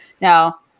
Now